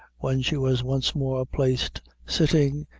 when she was once more placed sitting,